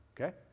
Okay